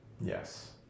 Yes